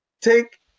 take